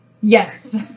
yes